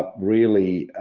ah really,